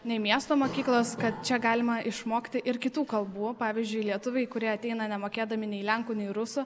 nei miesto mokyklos kad čia galima išmokti ir kitų kalbų pavyzdžiui lietuviai kurie ateina nemokėdami nei lenkų nei rusų